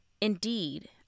Indeed